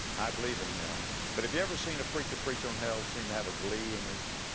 i believe in hell. but if you ever seen a preacher preach on hell seem to have a glee in his,